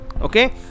Okay